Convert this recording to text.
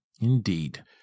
Indeed